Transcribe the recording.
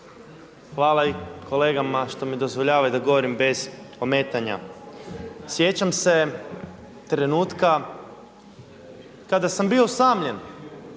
Hvala i kolegama što mi dozvoljavaju da govorim bez ometanja. Sjećam se trenutka kada sam bio usamljen.